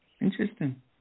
Interesting